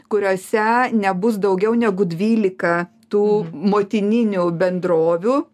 kuriose nebus daugiau negu dvylika tų motininių bendrovių